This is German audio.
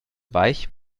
weich